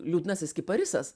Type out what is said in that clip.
liūdnasis kiparisas